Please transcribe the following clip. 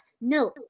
no